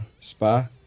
Spa